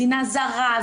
מדינה מזרה,